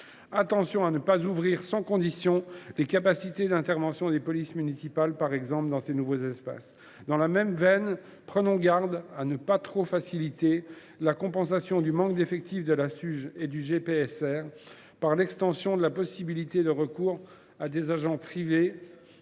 Attention à ne pas ouvrir sans condition les capacités d’intervention des polices municipales, par exemple, dans ces nouveaux espaces. Dans la même veine, nous devons éviter de trop faciliter la compensation du manque d’effectifs de la Suge et du GPSR par l’extension des possibilités de recours à des agents privés,